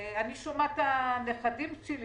שמעתי שהנכדים שלי,